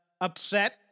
upset